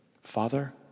Father